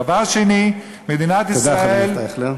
דבר שני, מדינת ישראל, תודה, חבר הכנסת אייכלר.